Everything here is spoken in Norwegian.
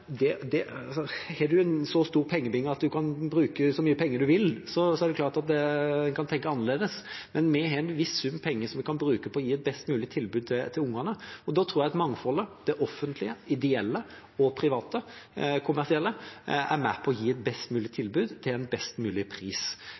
så stor at man kan bruke så mye penger man vil, er det klart at man kan tenke annerledes. Men vi har en viss sum vi kan bruke på å gi et best mulig tilbud til ungene. Da tror jeg at mangfoldet, det offentlige, det ideelle og private kommersielle er med på å gi et best mulig